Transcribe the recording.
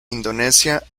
indonesia